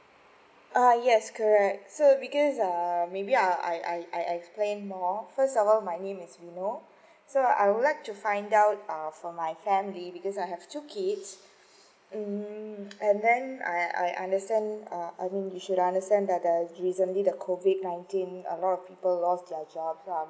uh yes correct so because um maybe I I I explain more first of all my name is vino so I would like to find out uh for my family because I have two kids um and then I I understand uh I mean you should understand that recently the COVID nineteen a lot of people lost their job lah